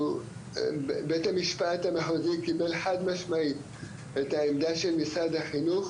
בית המשפט המחוזי קיבל חד משמעית את העמדה של משרד החינוך